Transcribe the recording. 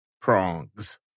prongs